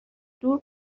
دور